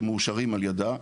שמאושרים על ידה,